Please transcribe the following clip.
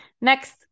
Next